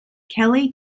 kelly